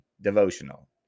devotional